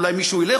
אולי מישהו ילך,